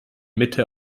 mitte